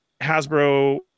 hasbro